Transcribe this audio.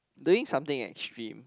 doing something extreme